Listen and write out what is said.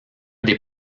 des